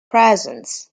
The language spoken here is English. presence